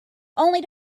only